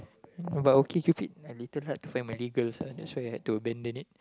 but okay Cupid a little hard to find Malay girls ah so I had to abandon it